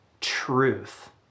truth